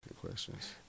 questions